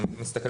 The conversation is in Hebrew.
נכון?